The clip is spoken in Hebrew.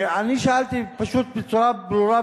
ואני שאלתי פשוט בצורה ברורה,